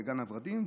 בגן הוורדים,